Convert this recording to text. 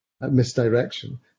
misdirection